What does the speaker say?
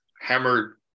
hammered